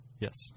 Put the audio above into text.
Yes